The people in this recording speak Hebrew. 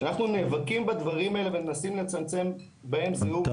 כשאנחנו נאבקים בדברים האלה ומנסים לצמצם בהם זיהום אוויר